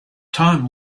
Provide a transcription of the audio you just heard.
time